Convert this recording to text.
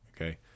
okay